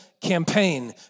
campaign